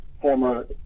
former